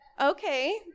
Okay